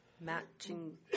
matching